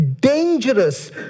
dangerous